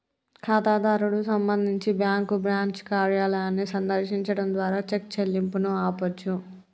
ఖాతాదారుడు సంబంధించి bank branch కార్యాలయాన్ని సందర్శించడం ద్వారా చెక్ చెల్లింపును ఆపొచ్చు